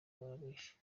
barabeshya